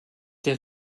der